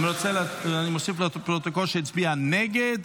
אני מוסיף לפרוטוקול שהצביע נגד,